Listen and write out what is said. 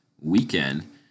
weekend